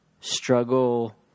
struggle